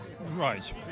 Right